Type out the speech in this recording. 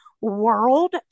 world